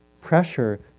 pressure